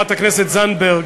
חברת הכנסת זנדברג,